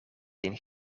een